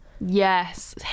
yes